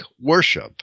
worship